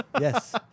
yes